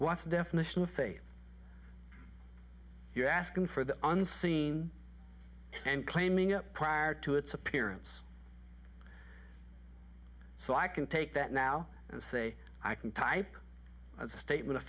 what's definition of faith you're asking for the unseen and claiming it prior to its appearance so i can take that now and say i can type as a statement of